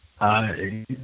Hi